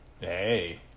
Hey